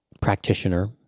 practitioner